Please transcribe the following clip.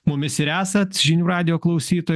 mumis ir esat žinių radijo klausytoj